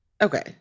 okay